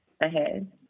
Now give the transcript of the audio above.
ahead